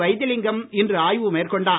வைத்திலிங்கம் இன்று ஆய்வு மேற்கொண்டார்